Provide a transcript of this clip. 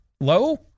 Low